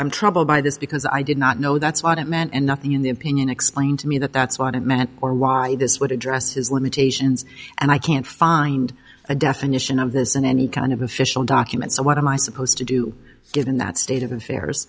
i'm troubled by this because i did not know that's what it meant and nothing in the opinion explained to me that that's what it meant or why this would address his limitations and i can't find a definition of this in any kind of official document so what am i supposed to do given that state of affairs